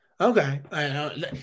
Okay